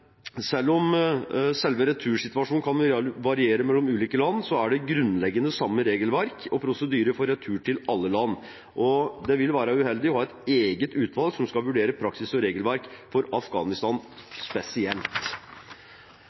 Selv om selve retursituasjonen kan variere mellom ulike land, er det grunnleggende samme regelverk og prosedyre for retur til alle land, og det vil være uheldig å ha et eget utvalg som skal vurdere praksis og regelverk for Afghanistan spesielt.